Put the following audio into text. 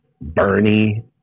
Bernie